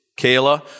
Kayla